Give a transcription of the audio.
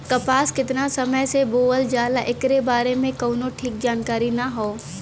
कपास केतना समय से बोअल जाला एकरे बारे में कउनो ठीक जानकारी ना हौ